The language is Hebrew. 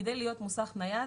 כדי להיות מוסך נייד,